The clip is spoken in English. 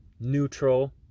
neutral